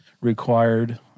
required